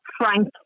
Frank